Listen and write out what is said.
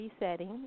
resetting